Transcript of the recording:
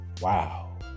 Wow